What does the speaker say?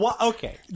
okay